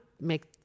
make